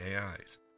AIs